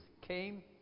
came